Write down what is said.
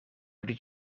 dit